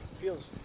feels